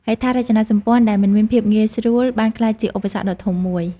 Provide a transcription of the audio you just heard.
ហេដ្ឋារចនាសម្ព័ន្ធដែលមិនមានភាពងាយស្រួលបានក្លាយជាឧបសគ្គដ៏ធំមួយ។